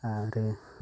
आरो